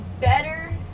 better